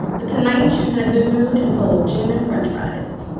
but tonight she was in a good mood and full of gin and french fries.